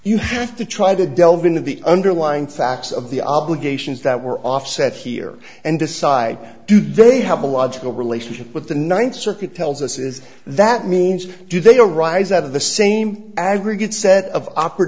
you have to try to delve into the underlying facts of the obligations that were offset here and decide do they have a logical relationship with the ninth circuit tells us is that means do they arise out of the same aggregate set of